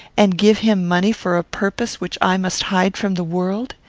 and give him money for a purpose which i must hide from the world?